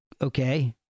okay